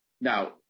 Now